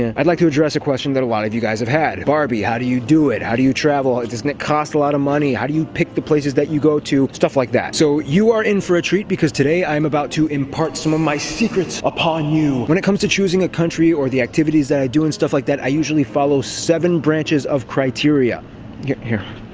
and i'd like to address a question that a lot of you guys have had barby. how do you do it? how do you travel isn't it cost a lot of money? how do you pick the places that you go to stuff like that so you are in for a treat because today? i'm about to impart some of my secrets upon you when it comes to choosing a country or the activities that i do and stuff like that i usually follow seven branches of criteria here